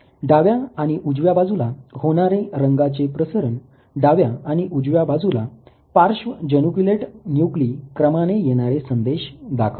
डाव्या आणि उजव्या बाजूला होणारे रंगाचे प्रसरण डाव्या आणि उजव्या बाजूला पार्श्व जनुक्युलेट न्यूक्ली क्रमाने येणारे संदेश दाखविते